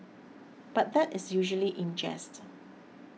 but that is usually in jest